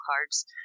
cards